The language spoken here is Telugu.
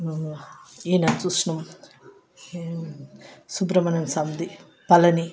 ఈయన సుబ్రమణ్యం స్వామీది పళని